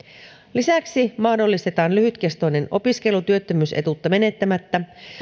lisäksi mahdollistetaan lyhytkestoinen opiskelu työttömyysetuutta menettämättä